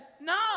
no